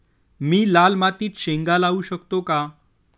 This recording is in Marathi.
मी लाल मातीत शेंगा लावू शकतो का?